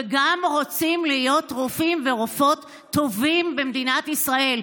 וגם רוצים להיות רופאים ורופאות טובים במדינת ישראל.